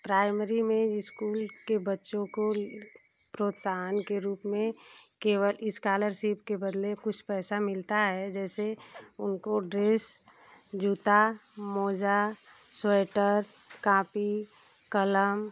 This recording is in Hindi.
प्राइमरी में इस्कूल के बच्चों को प्रोत्साहन के रूप में केवल इस्कालरसिप के बदले कुछ पैसा मिलता है जैसे उनको ड्रेस जूता मोजा स्वेटर कापी कलम